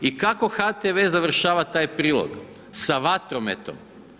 I kako HTV završava taj prilog, sa vatrometom.